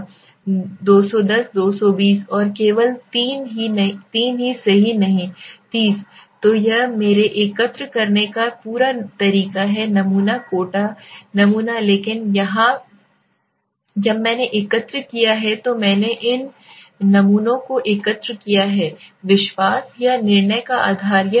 210 220 और केवल 3 ही सही नहीं 30 तो यह मेरे एकत्र करने का पूरा तरीका है नमूना कोटा नमूना लेकिन यहाँ जब मैंने एकत्र किया है तो मैंने इन नमूनों को एकत्र किया है विश्वास या निर्णय का आधार